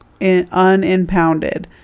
unimpounded